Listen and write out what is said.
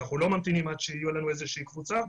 אנחנו לא ממתינים שתהיה לנו קבוצה,